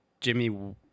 Jimmy